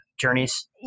Journeys